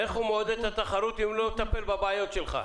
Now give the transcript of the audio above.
איך הוא מעודד את התחרות אם הוא לא מטפל בבעיות שלך?